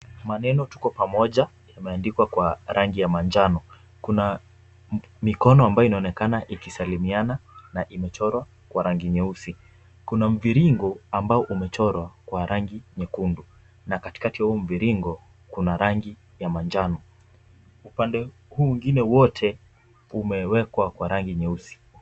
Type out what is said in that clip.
Maneno tuko pamoja yameandikwa kwa rangi ya manjano. Kuna mikono ambayo inaonekana ikisalimiana na imechorwa kwa rangi nyeusi. Kuna mviringo ambao umechorwa kwa rangi nyekundu na katikati ya huo mviringo kuna rangi ya manjano. Upande huu mwingine wote umewekwa kwa rangi nyeusi.